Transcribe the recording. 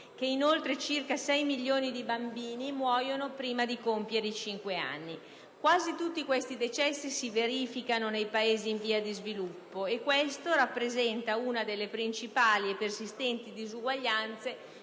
inoltre che circa 6 milioni di bambini muoiono prima di compiere i cinque anni. Quasi tutti questi decessi si verificano nei Paesi in via di sviluppo e ciò rappresenta una delle principali e persistenti disuguaglianze